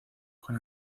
con